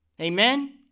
Amen